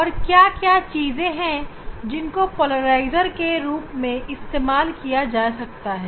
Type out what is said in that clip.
और क्या क्या चीजें हैं जिनको पोलराइजर के रूप में इस्तेमाल किया जा सकता है